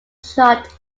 shot